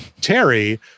Terry